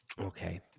Okay